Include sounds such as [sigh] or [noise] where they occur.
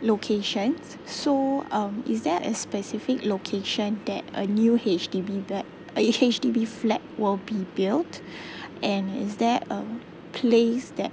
location so um is there a specific location that a new H_D_B plat uh H_D_B flat will be built [breath] and is there a place that